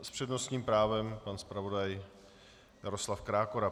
S přednostním právem pan zpravodaj Jaroslav Krákora.